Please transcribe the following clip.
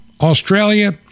Australia